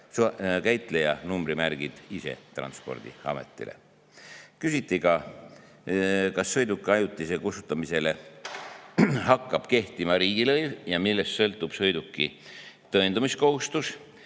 käitleja numbrimärgid ise Transpordiametile. Küsiti ka, kas sõiduki ajutisele kustutamisele hakkab kehtima riigilõiv ja millest sõltub sõiduki puhul tõendamiskohustus.